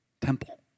temple